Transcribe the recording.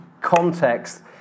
context